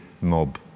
mob